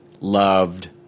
loved